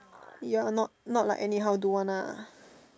but you're not not like anyhow do one lah